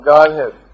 Godhead